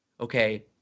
okay